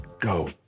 Go